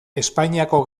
espainiako